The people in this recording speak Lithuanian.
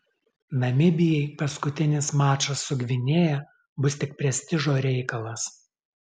namibijai paskutinis mačas su gvinėja bus tik prestižo reikalas